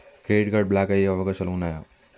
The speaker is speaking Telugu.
క్రెడిట్ కార్డ్ బ్లాక్ అయ్యే అవకాశాలు ఉన్నయా?